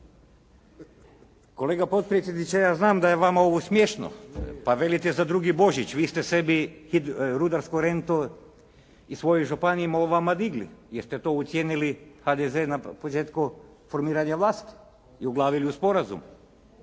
kolega potpredsjedniče ja znam da je ovo vama smiješno, pa velite za drugi Božić. Vi ste sebi rudarsku rentu i svojoj županiji vama digli, jer ste to ucijenili HDZ na početku formiranja vlasti i uglavili u sporazum.